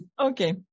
Okay